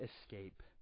escape